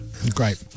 great